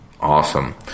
Awesome